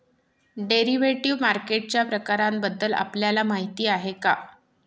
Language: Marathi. डेरिव्हेटिव्ह मार्केटच्या प्रकारांबद्दल आपल्याला माहिती आहे का?